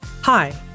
Hi